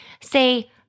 say